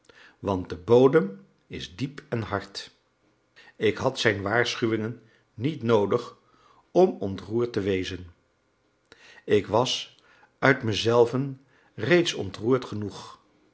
want de bodem is diep en hard ik had zijn waarschuwingen niet noodig om ontroerd te wezen ik was uit mezelven reeds ontroerd genoeg